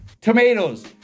Tomatoes